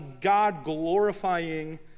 God-glorifying